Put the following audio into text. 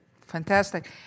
Fantastic